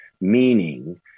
Meaning